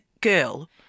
girl